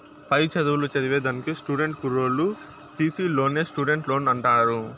పై చదువులు చదివేదానికి స్టూడెంట్ కుర్రోల్లు తీసీ లోన్నే స్టూడెంట్ లోన్ అంటారు